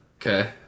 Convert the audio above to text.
Okay